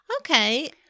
Okay